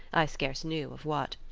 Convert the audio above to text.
i scarce knew of what.